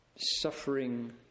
suffering